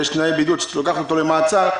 כשאת לוקחת אותו למעצר,